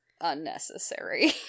unnecessary